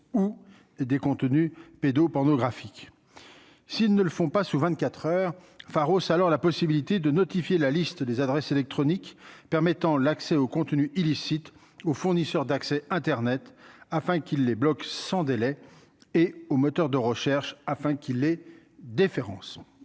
ou des contenus pédo-pornographiques, s'ils ne le font pas sous 24 heures Pharos alors la possibilité de notifier la liste des adresses électroniques permettant l'accès aux contenus illicites au fournisseur d'accès Internet, afin qu'il les blocs sans délai et au moteur de recherche afin qu'il ait déférence